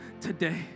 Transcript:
today